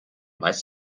weiß